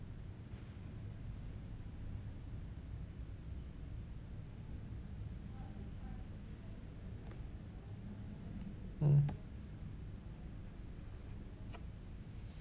mm